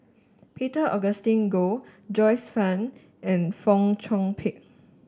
Peter Augustine Goh Joyce Fan and Fong Chong Pik